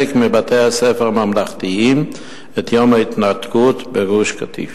מבתי-הספר הממלכתיים את יום ההתנתקות מגוש-קטיף.